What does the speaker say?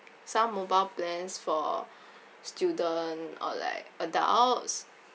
some mobile plans for student or like adults